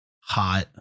Hot